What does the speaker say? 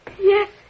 Yes